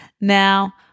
Now